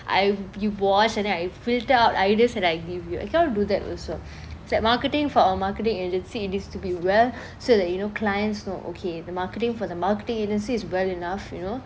I you wash and then I filter out ideas and I give you I cannot do that also is like marketing for our marketing agency it needs to be well so that you know clients you know okay the marketing for the marketing agency is well enough you know